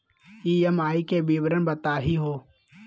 EMI के विवरण बताही हो?